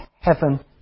heaven